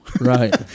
Right